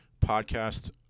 Podcast